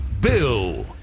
bill